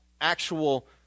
actual